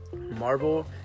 Marvel